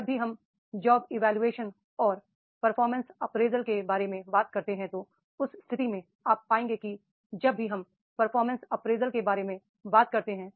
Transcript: जब भी हम जॉब इवोल्यूशन और परफॉर्मेंस अप्रेजल के बारे में बात करते हैं तो उस स्थिति में आप पाएंगे कि जब भी हम परफॉर्मेंस अप्रेजल के बारे में बात करते हैं